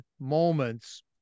moments